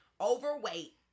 Overweight